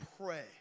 pray